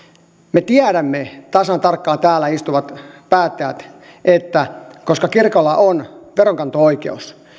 me tiedämme tasan tarkkaan täällä istuvat päättäjät että koska kirkolla on veronkanto oikeus